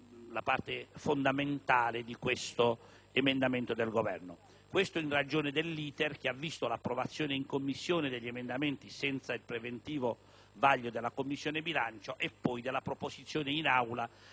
la parte fondamentale dell'emendamento 1.1000 del Governo; ciò, appunto, in ragione dell'*iter* che ha visto l'approvazione in Commissione degli emendamenti senza il preventivo vaglio della Commissione bilancio e poi la proposizione in Aula